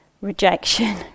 rejection